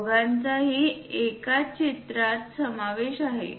दोघांचाही एकाच चित्रात समावेश आहे